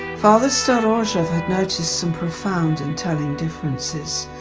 father storozhev had noticed some profound and telling differences.